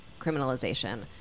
criminalization